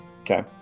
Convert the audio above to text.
Okay